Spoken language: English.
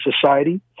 society